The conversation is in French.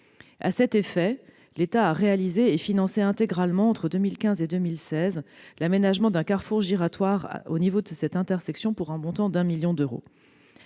À cet effet, l'État a réalisé et financé intégralement, entre 2015 et 2016, l'aménagement d'un carrefour giratoire au niveau de cette intersection, pour un montant de 1 million d'euros.